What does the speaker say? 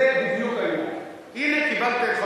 הנה, הזמנתי.